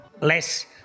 Less